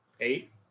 Eight